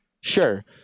Sure